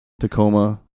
Tacoma